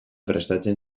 prestatzen